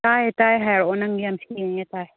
ꯇꯥꯏꯌꯦ ꯇꯥꯏꯌꯦ ꯍꯥꯏꯔꯛꯑꯣ ꯅꯪ ꯌꯥꯝ ꯁꯦꯡꯅ ꯇꯥꯏ